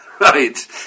right